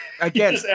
again